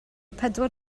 pedwar